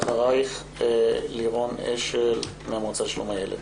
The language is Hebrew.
אחריך לירון אשל מן המועצה לשלום הילד.